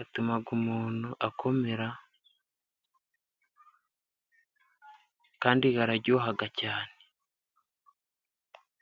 atuma umuntu akomera, kandi araryoha cyane.